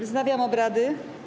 Wznawiam obrady.